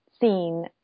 seen